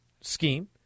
scheme